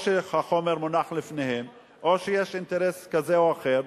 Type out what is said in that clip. או שהחומר מונח לפניהם או שיש אינטרס כזה או אחר,